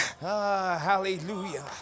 hallelujah